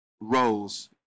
roles